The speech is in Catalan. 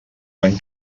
van